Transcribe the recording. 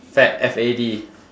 fad F A D